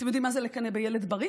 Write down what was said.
אתם יודעים מה זה לקנא בילד בריא?